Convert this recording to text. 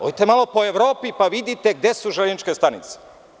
Odite malo po Evropi pa vidite gde su železničke stanice.